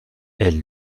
elle